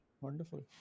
Wonderful